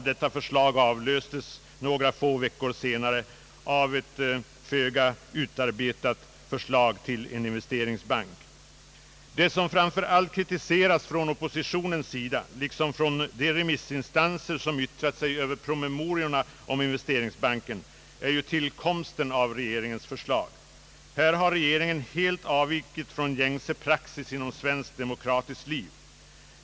Detta förslag avlöstes några få veckor senare av ett föga utarbetat förslag till en investeringsbank. Det som oppositionen framför allt har kritiserat, liksom de remissinstanser som har yttrat sig över promemoriorna om investeringsbanken, är ju tillkomsten av regeringens förslag. Här har regeringen helt avvikit från gängse praxis inom svenskt demokratiskt liv.